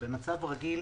במצב רגיל,